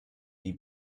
die